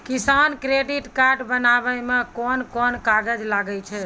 किसान credit card बनाबै मे कोन कोन कागज लागै छै?